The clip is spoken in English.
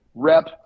rep